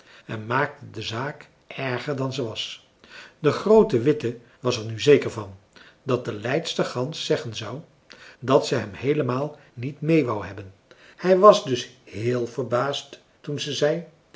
en maakte de zaak erger dan ze was de groote witte was er nu zeker van dat de leidster gans zeggen zou dat ze hem heelemaal niet meê wou hebben hij was dus heel verbaasd toen ze zei